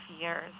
years